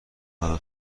منو